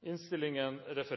innstillingen. Det